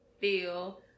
feel